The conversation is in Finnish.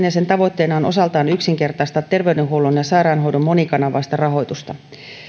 ja sen tavoitteena on osaltaan yksinkertaistaa terveydenhuollon ja sairaanhoidon monikanavaista rahoitusta